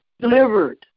delivered